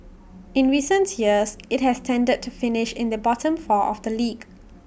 in recent years IT has tended to finish in the bottom four of the league